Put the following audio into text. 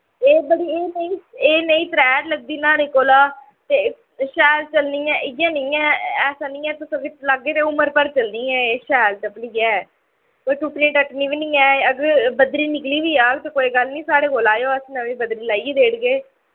एह् बड़ी एह् नेईं एह् नेईं तरैह्ट लगदी न्हाड़े कोला ते शैल चलनी ऐ इ'यै निं ऐ ऐसा निं ऐ तुस जेकर लाह्गे तां उमर भर चलनी ऐ एह् शैल चप्पली ऐ कोई टुट्टनी टटनी बी निं एह् अगर बद्धरी निकली बी जाह्ग ता कोई गल्ल निं साढ़े कोल आएओ अस नमीं बद्धरी लाइयै देई ओड़गे